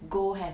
go have